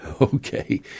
Okay